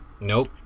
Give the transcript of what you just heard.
nope